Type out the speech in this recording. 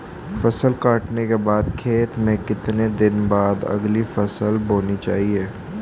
फसल काटने के बाद खेत में कितने दिन बाद अगली फसल बोनी चाहिये?